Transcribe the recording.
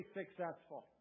successful